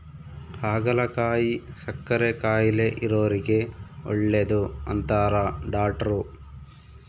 ಹಾಗಲಕಾಯಿ ಸಕ್ಕರೆ ಕಾಯಿಲೆ ಇರೊರಿಗೆ ಒಳ್ಳೆದು ಅಂತಾರ ಡಾಟ್ರು